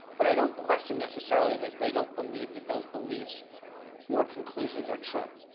but i don't question necessarily that they don't believe that those beliefs or conclusions are true.